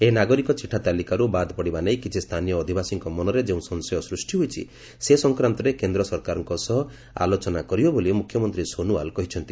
ଏହି ନାଗରିକ ଚିଠା ତାଲିକାରୁ ବାଦ୍ ପଡ଼ିବା ନେଇ କିଛି ସ୍ଥାନୀୟ ଅଧିବାସୀଙ୍କ ମନରେ ଯେଉଁ ସଂଶୟ ସୃଷ୍ଟି ହୋଇଛି ସେ ସଂକ୍ରାନ୍ତରେ କେନ୍ଦ୍ର ସରକାରଙ୍କ ସହ ଆଲୋଚନା କରିବେ ବୋଲି ମୁଖ୍ୟମନ୍ତ୍ରୀ ସୋନୱାଲ କହିଛନ୍ତି